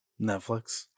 Netflix